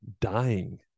dying